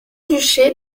duché